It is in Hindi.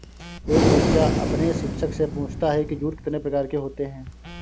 एक बच्चा अपने शिक्षक से पूछता है कि जूट कितने प्रकार के होते हैं?